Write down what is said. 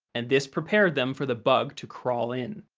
and this prepared them for the bug to crawl in.